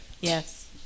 Yes